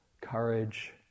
courage